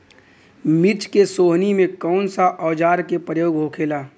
मिर्च के सोहनी में कौन सा औजार के प्रयोग होखेला?